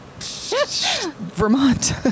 Vermont